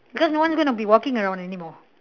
because no one's going to be walking around anymore